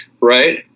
right